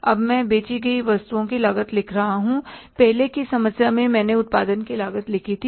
अब मैं बेची गई वस्तुओं की लागत लिख रहा हूं पहले की समस्या में मैंने उत्पादन की लागत लिखी थी